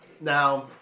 Now